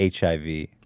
HIV